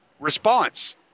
response